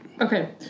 Okay